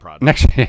next